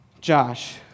Josh